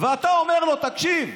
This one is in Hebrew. ואתה אומר לו: תקשיב,